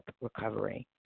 recovery